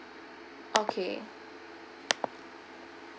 okay